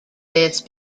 this